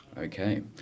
Okay